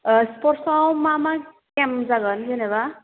स्पर्ट्सआव मा मा गेम जागोन जेनेबा